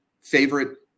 favorite